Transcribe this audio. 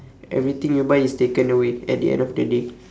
everything you buy is taken away at the end of the day